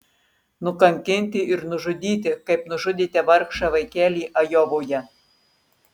nukankinti ir nužudyti kaip nužudėte vargšą vaikelį ajovoje